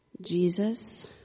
Jesus